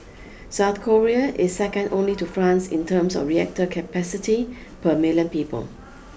South Korea is second only to France in terms of reactor capacity per million people